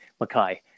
Makai